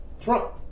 Trump